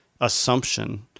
assumption